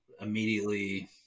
immediately